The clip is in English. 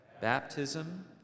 baptism